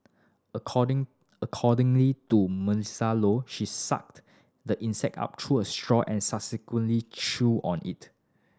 according accordingly to Maisie Low she sucked the insect up through her straw and subsequently chewed on it